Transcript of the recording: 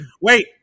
wait